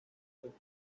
threat